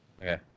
Okay